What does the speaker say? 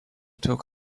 talk